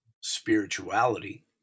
spirituality